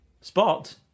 Spot